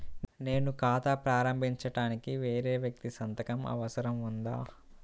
నేను ఖాతా ప్రారంభించటానికి వేరే వ్యక్తి సంతకం అవసరం ఉందా?